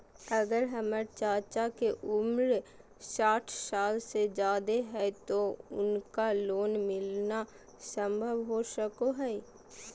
अगर हमर चाचा के उम्र साठ साल से जादे हइ तो उनका लोन मिलना संभव हो सको हइ?